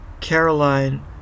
Caroline